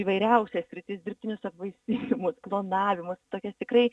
įvairiausias sritis dirbtinis apvaisinimas klonavimas tokia tikrai